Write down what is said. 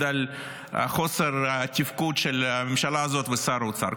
על חוסר התפקוד של הממשלה הזאת ושל שר האוצר.